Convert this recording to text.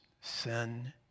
sin